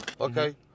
Okay